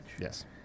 Yes